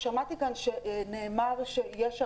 שמעתי שנאמר שלא